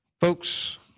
folks